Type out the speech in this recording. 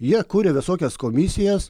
jie kuria visokias komisijas